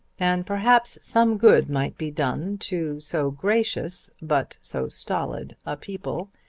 and perhaps some good might be done to so gracious but so stolid a people,